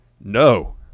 No